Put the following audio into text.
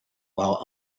while